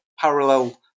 parallel